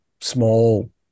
small